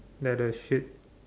like the shit